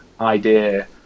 idea